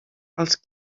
els